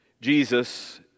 Jesus